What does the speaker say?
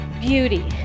beauty